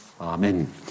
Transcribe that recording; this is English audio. Amen